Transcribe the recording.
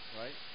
right